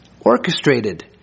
orchestrated